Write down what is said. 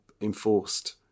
enforced